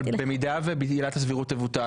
אבל במידה ועילת הסבירות תבוטל,